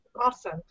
Awesome